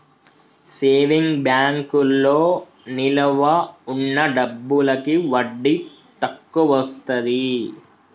saving బ్యాంకులో నిలవ ఉన్న డబ్బులకి వడ్డీ తక్కువొస్తది